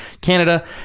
canada